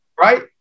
Right